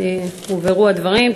הובהרו הדברים.